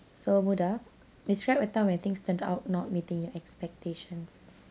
so moda describe a time when things turned out not meeting your expectations